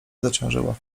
zaciążyła